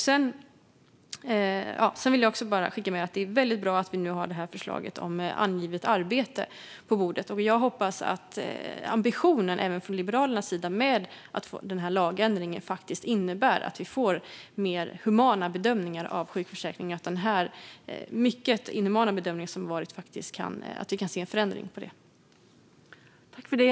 Sedan vill jag bara skicka med att det är väldigt bra att vi nu har det här förslaget om angivet arbete på bordet. Jag hoppas att ambitionen med lagändringen även från Liberalernas sida är att vi faktiskt får mer humana bedömningar i sjukförsäkringen och att vi får se en förändring av de mycket inhumana bedömningar som har varit.